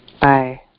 Bye